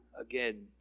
again